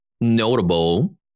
notable